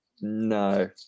no